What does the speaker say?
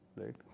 right